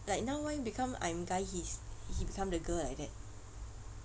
like now why become I'm guy he's he become the girl like that